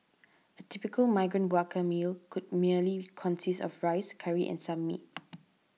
typical migrant worker meal could merely consist of rice curry and some meat